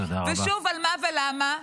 ושוב, על מה ולמה?